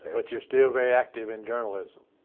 but you're still very active in journalism.